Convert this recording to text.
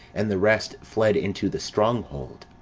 and the rest fled into the strong hold.